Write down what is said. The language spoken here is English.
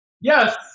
Yes